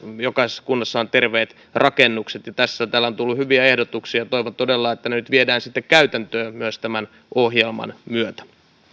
jokaisessa kunnassa on terveet rakennukset tästä täällä on tullut hyviä ehdotuksia toivon todella että ne nyt viedään sitten käytäntöön myös tämän ohjelman myötä